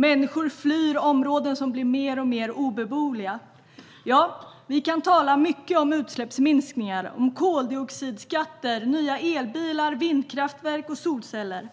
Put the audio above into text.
Människor flyr områden som blir mer och mer obeboeliga. Vi kan tala mycket om utsläppsminskningar, koldioxidskatter, nya elbilar, vindkraftverk och solceller.